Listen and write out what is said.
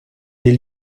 des